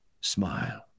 smile